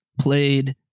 Played